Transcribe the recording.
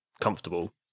comfortable